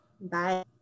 Bye